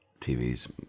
TVs